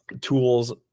tools